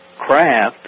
craft